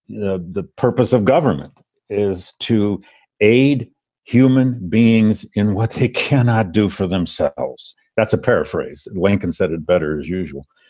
the the purpose of government is to aid human beings in what they cannot do for themselves. that's a paraphrase. lincoln said it better as usual.